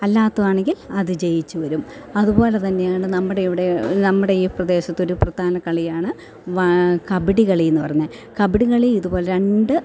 അല്ലാത്തതാണെങ്കിൽ അത് ജയിച്ചു വരും അതുപോലെ തന്നെയാണ് നമ്മുടെ ഇവിടെ നമ്മുടെ ഈ പ്രദേശത്തൊരു പ്രധാന കളിയാണ് കബഡി കളി എന്ന് പറഞ്ഞാൽ കബടികളി ഇതുപോലെ രണ്ട്